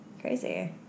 crazy